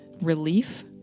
relief